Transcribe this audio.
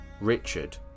Richard